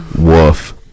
Woof